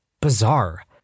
bizarre